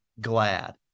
glad